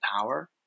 power